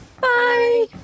Bye